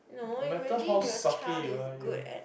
no matter how sucky you are you